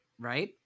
right